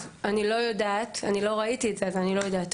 אני לא ראיתי את זה אז אני לא יודעת.